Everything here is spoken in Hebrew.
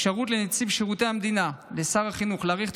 אפשרות לנציב שירות המדינה ולשר החינוך להאריך את